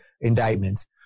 indictments